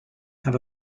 have